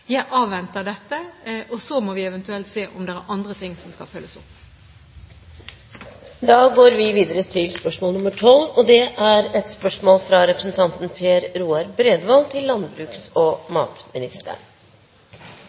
Jeg avventer dette. Så må vi eventuelt se om det er andre ting som skal følges opp. Jeg ønsker å stille følgende spørsmål til landbruks- og